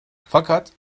fakat